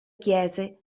chiese